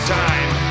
time